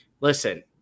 listen